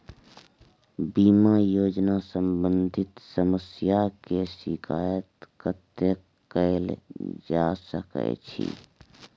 बीमा योजना सम्बंधित समस्या के शिकायत कत्ते कैल जा सकै छी?